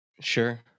sure